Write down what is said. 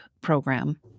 program